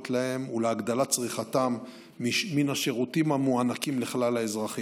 להם ולהגדלת צריכתם מן השירותים המוענקים לכלל האזרחים.